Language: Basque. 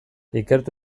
ikertu